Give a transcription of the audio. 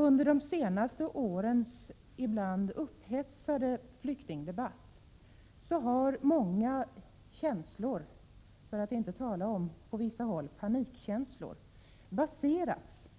Under de senaste årens ibland upphetsade flyktingdebatt har många känslor — för att inte säga på vissa håll panikkänslor — baserats